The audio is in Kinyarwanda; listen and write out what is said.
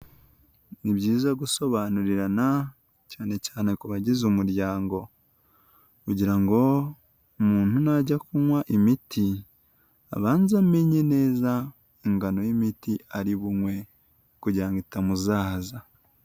Ni byiza gusobanurirana cyane cyane ku bagize umuryango, kugira ngo umuntu najya kunywa imiti abanze amenye neza ingano y'imiti ari bunywe kugira ngo itamuzahaza.